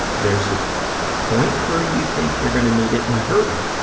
there's a point where you think you're going to need it in a hurry.